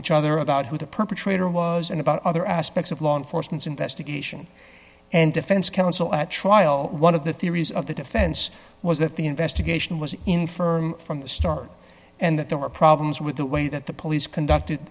each other about who the perpetrator was and about other aspects of law enforcement's investigation and defense counsel at trial one of the theories of the defense was that the investigation was in firm from the start and that there were problems with the way that the police conducted